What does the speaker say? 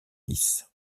lys